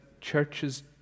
churches